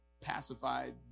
pacified